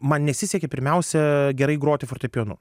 man nesisekė pirmiausia gerai groti fortepijonu